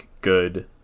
good